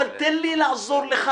אבל תן לי לעזור לך.